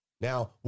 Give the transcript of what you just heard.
Now